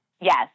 Yes